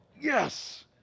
Yes